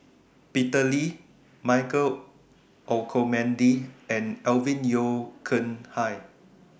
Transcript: Peter Lee Michael Olcomendy and Alvin Yeo Khirn Hai